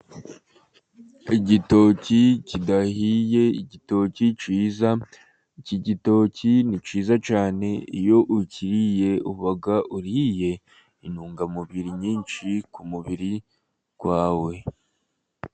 Igitoki kidahiye, igitoki cyiza, iki gitoki ni cyiza cyane, iyo ukiriye uba uriye intungamubiri nyinshi ku mubiri wawe.